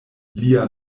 lia